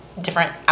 different